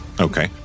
Okay